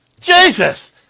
Jesus